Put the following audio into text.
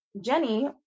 Jenny